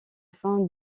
fin